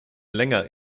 länger